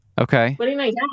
Okay